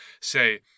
say